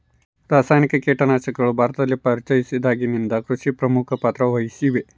ರಾಸಾಯನಿಕ ಕೇಟನಾಶಕಗಳು ಭಾರತದಲ್ಲಿ ಪರಿಚಯಿಸಿದಾಗಿನಿಂದ ಕೃಷಿಯಲ್ಲಿ ಪ್ರಮುಖ ಪಾತ್ರ ವಹಿಸಿವೆ